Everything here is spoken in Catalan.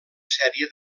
sèrie